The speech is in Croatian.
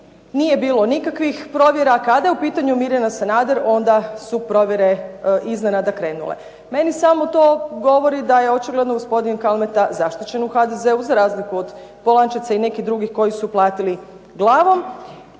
nije bilo nikakvih provjera. A kada je u pitanju Mirjana Sanader onda su provjere iznenada krenule. Meni samo to govori da je očigledno gospodin Kalmeta zaštićen u HDZ-u za razliku od Polančeca i nekih drugih koji su platili glavom